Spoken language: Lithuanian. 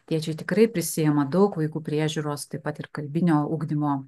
tėčiai tikrai prisiima daug vaikų priežiūros taip pat ir kalbinio ugdymo